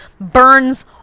burns